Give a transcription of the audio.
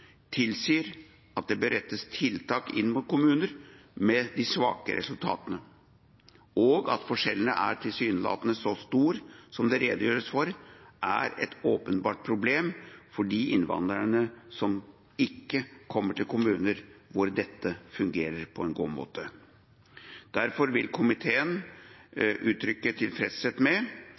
forskjellene er tilsynelatende så store som det redegjøres for, er et åpenbart problem for de innvandrerne som ikke kommer til kommuner hvor dette fungerer på en god måte. Derfor vil komiteen uttrykke tilfredshet med